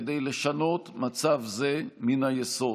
כדי לשנות מצב זה מן היסוד,